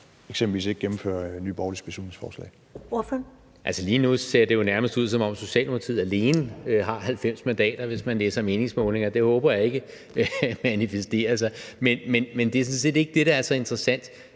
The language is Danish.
Ellemann): Ordføreren. Kl. 16:50 Jan E. Jørgensen (V): Altså, lige nu ser det jo nærmest ud, som om Socialdemokratiet alene har 90 mandater, hvis man læser meningsmålinger. Det håber jeg ikke manifesterer sig, men det er sådan set ikke det, der er så interessant.